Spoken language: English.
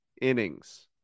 innings